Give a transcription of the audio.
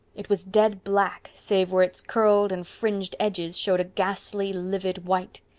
it was dead black, save where its curled and fringed edges showed a ghastly, livid white.